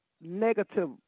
negative